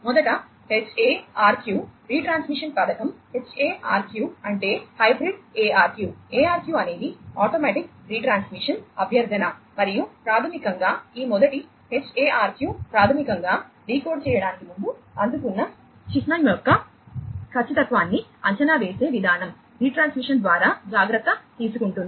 మొదటి HARQ retransmission పథకం HARQ అంటే హైబ్రిడ్ ARQ ARQ అనేది ఆటోమేటిక్ రీట్రాన్స్మిషన్ అభ్యర్థన మరియు ప్రాథమికంగా ఈ మొదటి HARQ ప్రాథమికంగా డీకోడ్ చేయడానికి ముందు అందుకున్న చిహ్నం యొక్క ఖచ్చితత్వాన్ని అంచనా వేసే విధానం రీట్రాన్స్మిషన్ ద్వారా జాగ్రత్త తీసుకుంటుంది